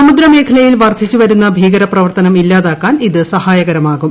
സമുദ്ര മേഖലയിൽ വർധിച്ചുവരുന്ന ഭീകര പ്രവർത്തനം ഇല്ലാതാക്കാൻ ഇത്സഹായകമാകും